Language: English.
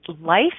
Life